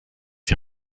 die